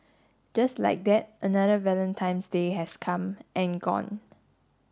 just like that another Valentine's Day has come and gone